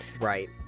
Right